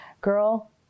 Girl